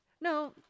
No